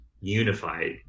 unified